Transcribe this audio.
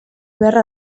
beharra